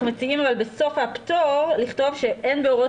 אנחנו מציעים בסוף הפטור לכתוב שאין בהוראות